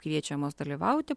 kviečiamos dalyvauti